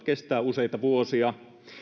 kestää useita vuosia